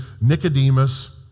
Nicodemus